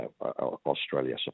Australia